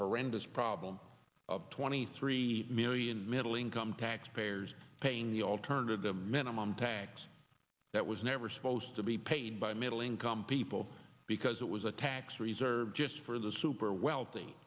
horrendous problem of twenty three million middle income taxpayers paying the alternative the minimum tax that was never supposed to be paid by middle income people because it was a tax reserve just for the super wealthy